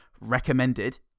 recommended